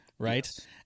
Right